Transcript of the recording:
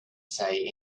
say